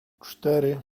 cztery